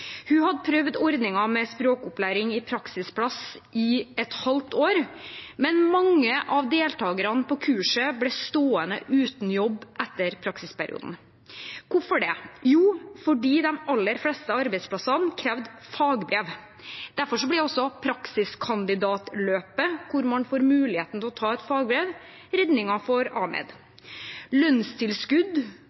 Hun hadde prøvd ordningen med språkopplæring i praksisplass i et halvt år, men mange av deltakerne på kurset ble stående uten jobb etter praksisperioden. Hvorfor det? Jo, fordi de aller fleste arbeidsplassene krevde fagbrev. Derfor ble også praksiskandidatløpet, hvor man får muligheten til å ta et fagbrev, redningen for Ahmed. Lønnstilskudd